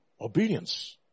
obedience